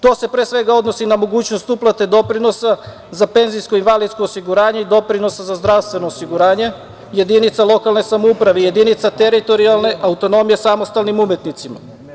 To se pre svega odnosi na mogućnost uplate doprinosa za PIO i doprinosa za zdravstveno osiguranje jedinica lokalne samouprave, jedinica teritorijalne autonomije samostalnim umetnicima.